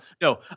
no